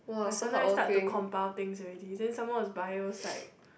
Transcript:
like sometimes start to compile things already then some more it's bio psych